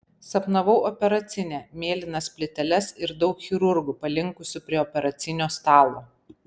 sapnavau operacinę mėlynas plyteles ir daug chirurgų palinkusių prie operacinio stalo